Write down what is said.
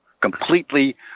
Completely